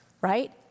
right